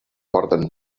porten